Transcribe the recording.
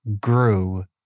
grew